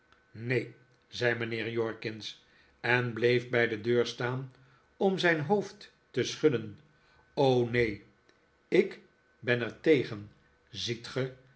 neen zei mijnheer jorkins en bleef bij de deur staan om zijn hoofd te schudden neen ik ben er tegen ziet